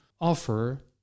offer